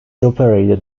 operated